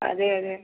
അതെ അതെ